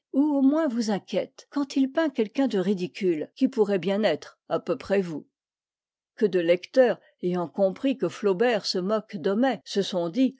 au moins vous inquiète quand il peint quelqu'un de ridicule qui pourrait bien être à peu près vous que de lecteurs ayant compris que flaubert se moque d'homais se sont dit